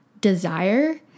desire